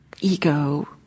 ego